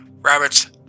rabbits